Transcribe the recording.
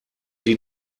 sie